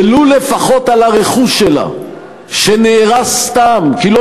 ולו לפחות על הרכוש שלה שנהרס סתם כי לא